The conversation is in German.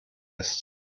ist